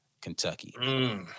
Kentucky